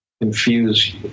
infuse